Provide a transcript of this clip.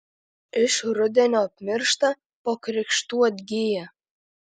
iš rudenio apmiršta po krikštų atgyja